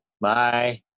Bye